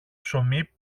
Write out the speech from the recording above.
ψωμί